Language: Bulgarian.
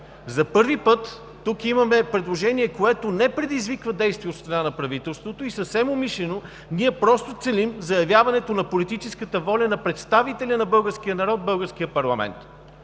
За първи път тук имаме предложение, което не предизвиква действие от страна на правителството, и съвсем умишлено ние просто целим заявяването на политическата воля на представителя на българския народ в българския парламент,